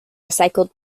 recycled